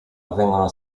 avvengono